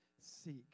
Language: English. seek